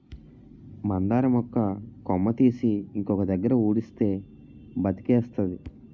మందార మొక్క కొమ్మ తీసి ఇంకొక దగ్గర ఉడిస్తే బతికేస్తాది